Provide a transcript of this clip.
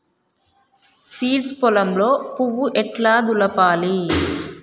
Seeds పొలంలో పువ్వు ఎట్లా దులపాలి?